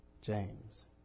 James